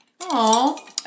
Aw